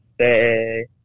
say